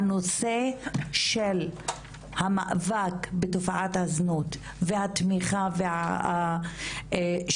הנושא של המאבק בתופעת הזנות והתמיכה והשיקום